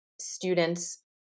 students